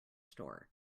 store